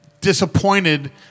disappointed